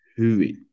hyvin